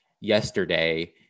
yesterday